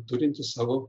turintis savo